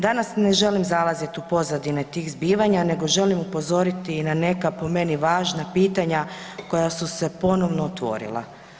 Danas ne želim zalazit u pozadine tih zbivanja nego želim upozoriti i na neka po meni važna pitanja koja su se ponovno otvorila.